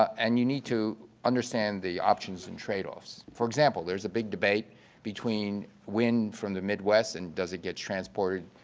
and you need to understand the options and tradeoffs. for example, there's a big debate between wind from the midwest and does it get transported,